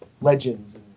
legends